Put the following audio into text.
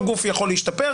כל גוף יכול להשתפר,